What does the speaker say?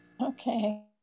Okay